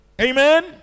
Amen